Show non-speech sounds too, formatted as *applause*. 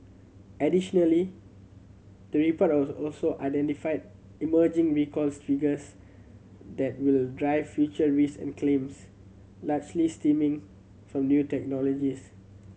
additionally the report *unintelligible* also identified emerging recall triggers that will drive future risk and claims largely stemming from new technologies